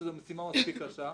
שזו סוגיה מספיק קשה.